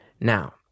Now